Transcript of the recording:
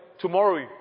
tomorrow